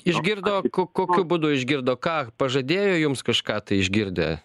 išgirdo ko kokiu būdu išgirdo ką pažadėjo jums kažką tai išgirdę